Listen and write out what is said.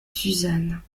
suzanne